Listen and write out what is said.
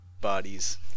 bodies